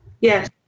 Yes